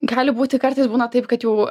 gali būti kartais būna taip kad jau